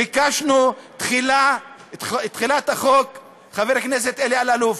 ביקשנו שתחילת החוק, חבר הכנסת אלי אלאלוף,